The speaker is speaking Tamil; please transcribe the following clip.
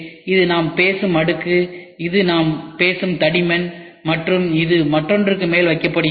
இது நாம் பேசும் அடுக்கு இது நாம் பேசும் தடிமன் மற்றும் இது மற்றொன்றுக்கு மேல் வைக்கப்படுகிறது